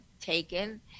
taken